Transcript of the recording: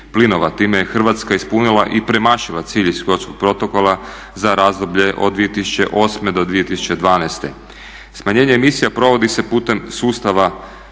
plinova. Time je Hrvatska ispunila i premašila cilj iz Kyotskog protokola za razdoblje od 2008. do 2012. Smanjenje emisija provodi se putem sustava